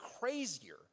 crazier